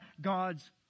God's